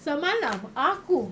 semalam aku